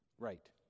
Right